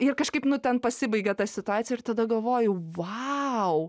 ir kažkaip nu ten pasibaigė ta situacija ir tada galvoju vau